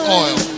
oil